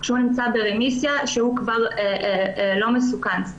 כשהוא נמצא ברמיסיה, כשהוא כבר לא מסוכן.